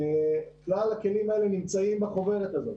כלל הכלים האלה נמצאים בחוברת הזאת.